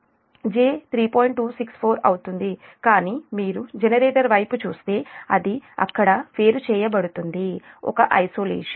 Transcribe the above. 264 కానీ మీరు జనరేటర్ వైపు చూస్తే అది అక్కడ వేరుచేయబడుతుంది ఒక ఐసోలేషన్